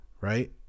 right